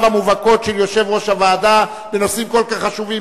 המובהקות של יושב-ראש הוועדה בנושאים כל כך חשובים,